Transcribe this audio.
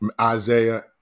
Isaiah